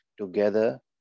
together